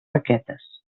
raquetes